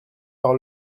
par